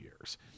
years